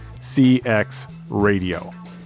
CXRADIO